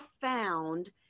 found